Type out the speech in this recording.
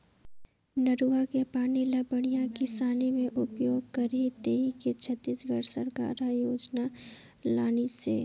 नरूवा के पानी ल बड़िया किसानी मे उपयोग करही कहिके छत्तीसगढ़ सरकार हर योजना लानिसे